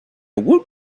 woot